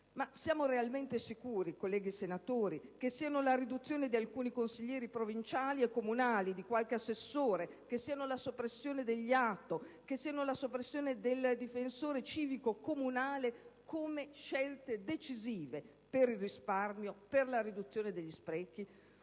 Siamo veramente sicuri, colleghi senatori, che siano la riduzione di alcuni consiglieri provinciali e comunali, di qualche assessore e la soppressione degli ATO o del difensore civico comunale le scelte decisive per il risparmio e per la riduzione degli sprechi?